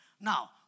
now